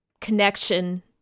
connection